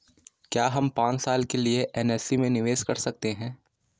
क्या हम पांच साल के लिए एन.एस.सी में निवेश कर सकते हैं?